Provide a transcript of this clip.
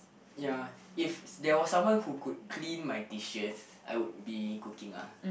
ya if there was someone who could clean my dishes I would be cooking lah